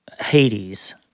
Hades